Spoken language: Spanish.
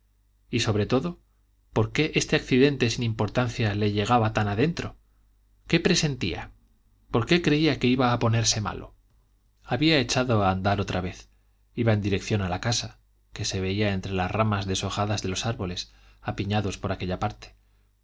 y sobre todo por qué este accidente sin importancia le llegaba tan adentro qué presentía por qué creía que iba a ponerse malo había echado a andar otra vez iba en dirección a la casa que se veía entre las ramas deshojadas de los árboles apiñados por aquella parte